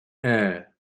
air